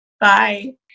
Bye